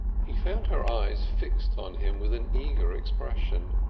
he found her eyes fixed on him with an eager expression.